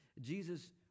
Jesus